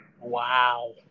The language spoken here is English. Wow